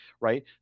right